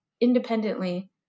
independently